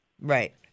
Right